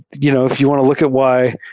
you know if you want to look at why